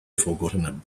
forgotten